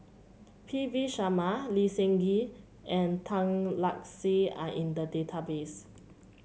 P V Sharma Lee Seng Gee and Tan Lark Sye are in the database